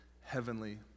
heavenly